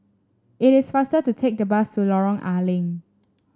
it is faster to take the bus to Lorong A Leng